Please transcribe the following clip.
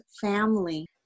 family